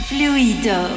Fluido